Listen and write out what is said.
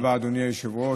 תודה רבה, אדוני היושב-ראש.